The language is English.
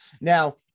now